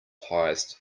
highest